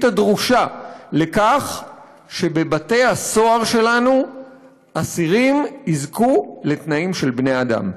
הדרושה לכך שבבתי-הסוהר שלנו אסירים יזכו לתנאים של בני אדם.